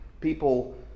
people